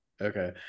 Okay